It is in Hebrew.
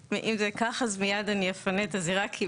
כך, מיד אני אפנה את הזירה.